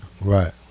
Right